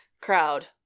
Crowd